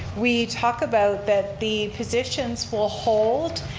we talk about that the positions will hold.